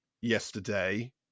yesterday